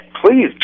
Please